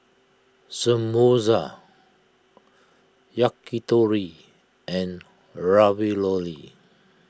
Samosa Yakitori and Ravioli